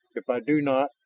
if i do not,